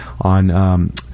on